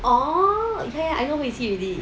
oh I know who is he already